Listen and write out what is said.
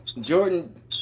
Jordan